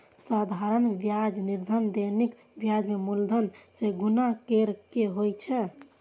साधारण ब्याजक निर्धारण दैनिक ब्याज कें मूलधन सं गुणा कैर के होइ छै